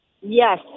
Yes